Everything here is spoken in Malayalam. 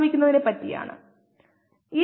6 സെക്കൻഡ് അല്ലെങ്കിൽ 21